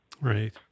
Right